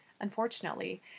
Unfortunately